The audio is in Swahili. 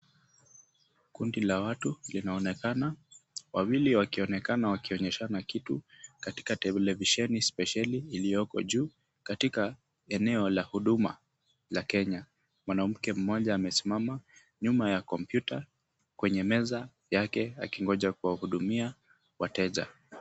Kundi la watu linaonekana, wawili wakionekana wakionyeshaa kitu katika televisheni spesheli iliyoko juu katika eneo la huduma la Kenya. Mwanamke mmoja amesimama nyuma ya kompyuta kwenye meza yake akingoja kuwahudumia wateja.